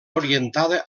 orientada